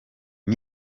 com